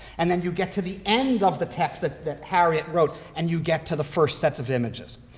and then you get to the end of the text that that harriott wrote and you get to the first sets of images.